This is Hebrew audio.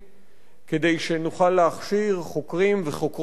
כדי שנוכל להכשיר חוקרים וחוקרות צעירים